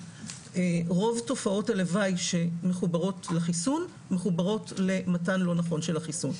רוב תופעות הלוואי שמחוברות לחיסון מחוברות למתן לא נכון של החיסון.